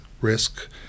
risk